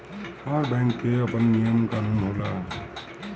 हर bank कअ आपन नियम कानून होला